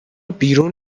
بیرون